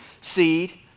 seed